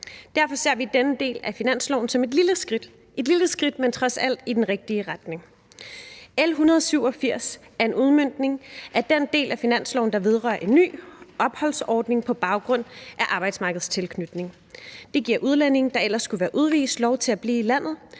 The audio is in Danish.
Derfor ser vi denne del af finansloven som et lille skridt. Det er et lille skridt, men trods alt i den rigtige retning. L 187 er en udmøntning af den del af finansloven, der vedrører en ny opholdsordning på baggrund af arbejdsmarkedstilknytning. Det giver udlændinge, der ellers skulle være udvist, lov til at blive i landet,